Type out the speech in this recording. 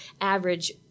average